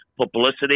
publicity